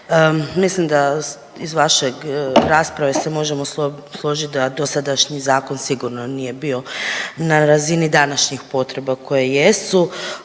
mislim da ih vašeg rasprave se možemo složit da dosadašnji zakon sigurno nije bio na razini današnjih potreba koje jesu.